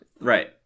right